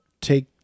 take